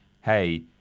hey